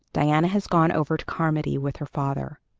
diana has gone over to carmody with her father,